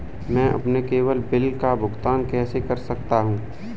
मैं अपने केवल बिल का भुगतान कैसे कर सकता हूँ?